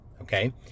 okay